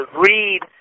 read